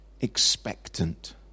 expectant